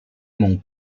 mont